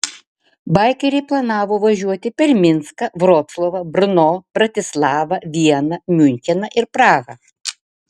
baikeriai planavo važiuoti per minską vroclavą brno bratislavą vieną miuncheną ir prahą